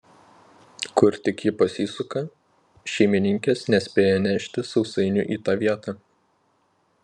kur tik ji pasisuka šeimininkės nespėja nešti sausainių į tą vietą